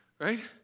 right